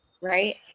right